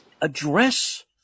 address